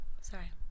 Sorry